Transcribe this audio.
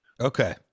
Okay